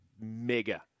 mega